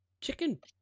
chicken